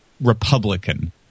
Republican